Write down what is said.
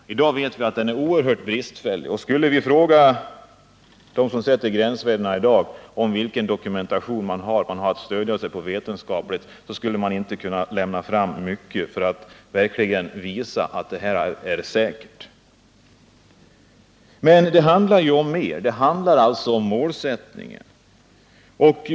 Vi vet att den i dag är oerhört bristfällig, och skulle vi fråga dem som i dag sätter gränsvärdena vilken dokumentation de har att vetenskapligt stödja sig på, skulle de inte kunna lämna fram särskilt mycket för att verkligen bevisa att värdena är Men motionskravet handlar om mer — det handlar också om målsättningen.